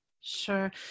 Sure